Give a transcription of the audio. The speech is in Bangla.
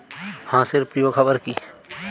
হাঁস এর প্রিয় খাবার কি?